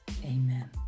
Amen